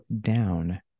down